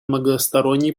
многосторонний